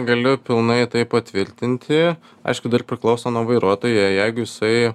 galiu pilnai tai patvirtinti aišku dar priklauso nuo vairuotojo jeigu jisai